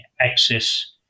access